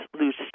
lose